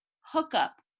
hookup